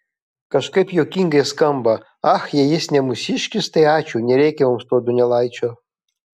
kažkaip juokingai skamba ach jei jis ne mūsiškis tai ačiū nereikia mums to donelaičio